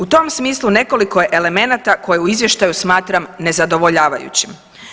U tom smislu nekoliko elemenata koje u izvještaju smatram nezadovoljavajućim.